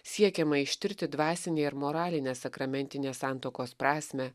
siekiama ištirti dvasinį ir moralines sakramentinės santuokos prasmę